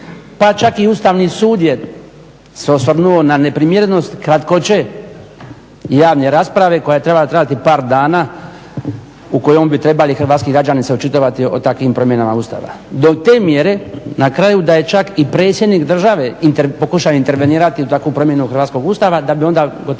pa čak i Ustavni sud se osvrnuo na neprimjerenost kratkoće javne rasprave koja treba trajati par dana u kojoj bi trebali hrvatski građani se očitovati o takvim promjenama Ustava, do te mjere na kraju da je čak i predsjednik države pokušao intervenirati u takvu promjenu hrvatskog ustava da bi onda gotovo